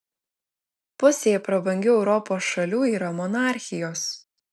pusė prabangių europos šalių yra monarchijos